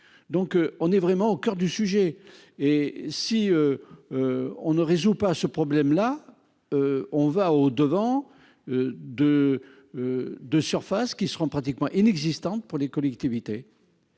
Donc on est vraiment au coeur du sujet et si. On ne résout pas ce problème-là. On va au devant. De. De surface qui seront pratiquement inexistante pour les collectivités.